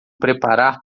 preparar